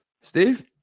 Steve